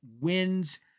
wins